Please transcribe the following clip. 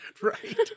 Right